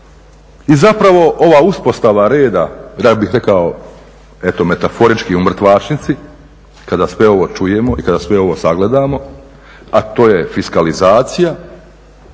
I zapravo ova uspostava reda, ja bih rekao eto metaforički u mrtvačnici, kada sve ovo čujemo i kada sve ovo sagledamo a to je fiskalizacija